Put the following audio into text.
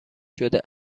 شده